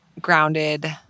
grounded